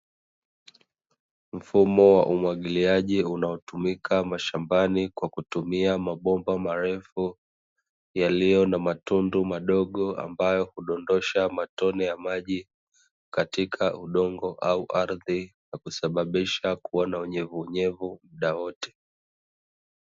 Mfumo wa umwagiliaji unaotumika mashambani kwa kutumia mabomba marefu, yaliyo na matundu madogo, ambayo hudondosha matone ya maji katika udongo au ardhi na kusababisha kuwa na unyevuunyevu muda wote.